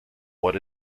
what